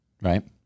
right